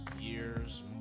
Years